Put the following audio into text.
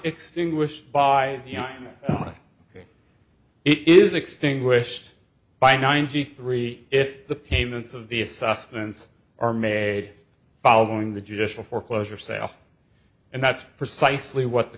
extinguished by you know it is extinguished by ninety three if the payments of the sustenance are made following the judicial foreclosure sale and that's precisely what the